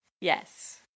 Yes